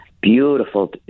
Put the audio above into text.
beautiful